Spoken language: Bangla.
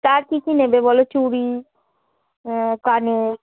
তা আর কী কী নেবে বলো চুড়ি কানের